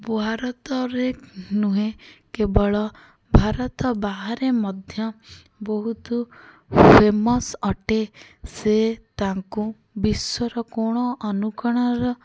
ଭାରତରେ ନୁହେଁ କେବଳ ଭାରତ ବାହାରେ ମଧ୍ୟ ବହୁତ ଫେମସ୍ ଅଟେ ସେ ତାଙ୍କୁ ବିଶ୍ଵର କୋଣ ଅନୁକୋଣର